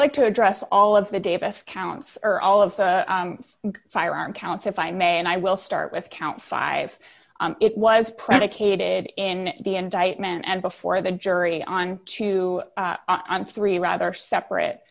like to address all of the davis counts or all of the firearm counts if i may and i will start with count five it was predicated in the indictment and before the jury on two and three rather separate